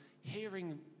hearing